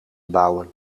bouwen